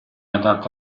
adatto